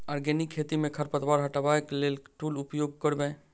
Organic खेती मे खरपतवार हटाबै लेल केँ टूल उपयोग करबै?